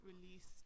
released